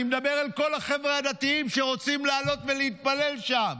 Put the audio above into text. אני מדבר אל כל החבר'ה הדתיים שרוצים לעלות ולהתפלל שם.